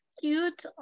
cute